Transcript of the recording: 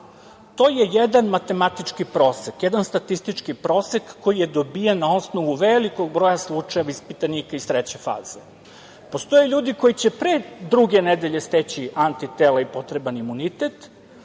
to jedan matematički prosek, jedan statistički prosek koji je dobijen na osnovu velikog broja slučajeva ispitanika iz treće faze. Postoje ljudi koji će pre druge nedelje steći antitela i potreban imunitet,